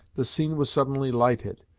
the scene was suddenly lighted,